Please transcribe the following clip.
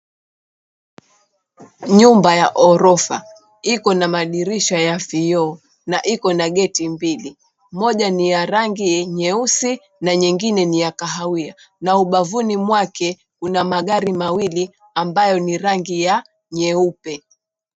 Nyumba ya ghorofa iko na madirisha ya vioo na iko na geti mbili, moja ni ya rangi nyeusi na nyingine kahawia na umbavuni mwake una magari mawili ambayo ni ya rangi ya nyeupe.